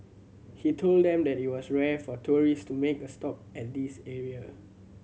he told them that it was rare for tourist to make a stop at this area